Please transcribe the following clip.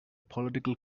political